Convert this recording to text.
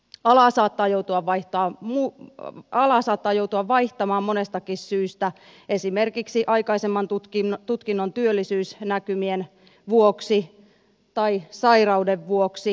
ala saattaa joutua vaihtaa muu alaa saattaa joutua vaihtamaan monestakin syystä esimerkiksi aikaisemman tutkinnon työllisyysnäkymien vuoksi tai sairauden vuoksi